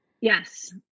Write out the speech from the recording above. Yes